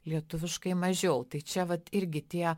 lietuviškai mažiau tai čia vat irgi tie